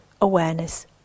awareness